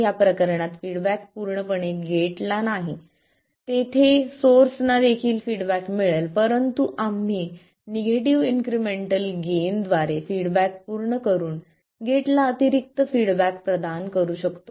या प्रकरणात फीडबॅक पूर्णपणे गेटला नाही तेथे सोर्स ना देखील फीडबॅक मिळेल परंतु आम्ही निगेटिव्ह इन्क्रिमेंटल गेन द्वारे फीडबॅक पूर्ण करून गेटला अतिरिक्त फीडबॅक प्रदान करू शकतो